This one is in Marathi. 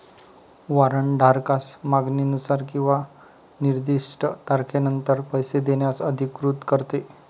वॉरंट धारकास मागणीनुसार किंवा निर्दिष्ट तारखेनंतर पैसे देण्यास अधिकृत करते